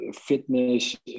fitness